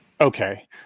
Okay